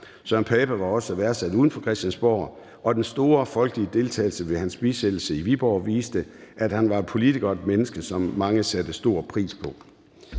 Søren Pape Poulsen var også værdsat uden for Christiansborg, og den store folkelige deltagelse ved hans bisættelse i Viborg viste, at han var en politiker og et menneske, som mange satte stor pris på.